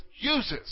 uses